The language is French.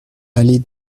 allée